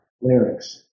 lyrics